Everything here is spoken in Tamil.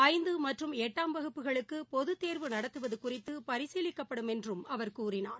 ஐந்து மற்றும் எட்டாம் வகுப்புகளுக்கு பொதுத் தேர்வு நடத்துவது குறித்து பரிசீலிக்கப்படும் என்றும் அவர் கூறினார்